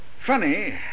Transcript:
Funny